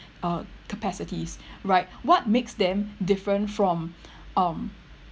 uh capacities right what makes them different from um